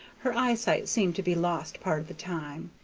her eyesight seemed to be lost part of the time,